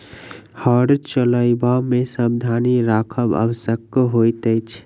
हर चलयबा मे सावधानी राखब आवश्यक होइत अछि